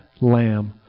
lamb